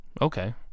Okay